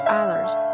others